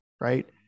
right